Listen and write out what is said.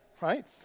right